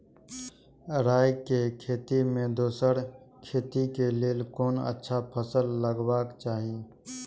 राय के खेती मे दोसर खेती के लेल कोन अच्छा फसल लगवाक चाहिँ?